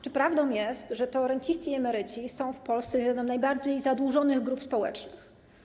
Czy prawdą jest, że to renciści i emeryci są w Polsce jedną z najbardziej zadłużonych grup społecznych?